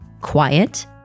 Quiet